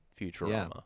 Futurama